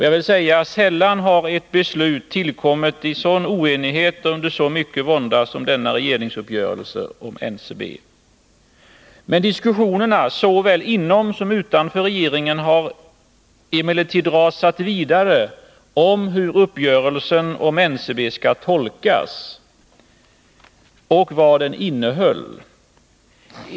Jag vill säga att sällan har ett beslut tillkommit i sådan oenighet och under så mycken vånda som denna regeringsuppgörelse om NCB. Men diskussionerna, såväl inom som utanför regeringen, har rasat vidare om hur uppgörelsen om NCB skall tolkas och om vad den innehöll.